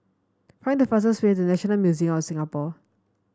find the fastest way to National Museum of Singapore